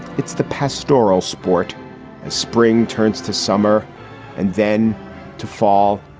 it's the pastoral sport as spring turns to summer and then to fall.